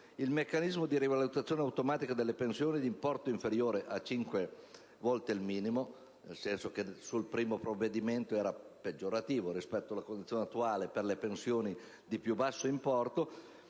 il meccanismo di rivalutazione automatica delle pensioni di importo inferiore a cinque volte il minimo (nel senso che inizialmente il provvedimento era peggiorativo, rispetto alla condizione attuale, per le pensioni di più basso importo)